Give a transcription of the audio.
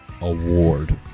award